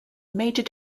major